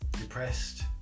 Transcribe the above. depressed